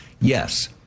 Yes